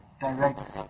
direct